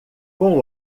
com